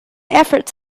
efforts